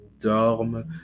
dorme